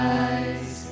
eyes